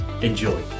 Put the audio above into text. Enjoy